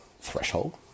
threshold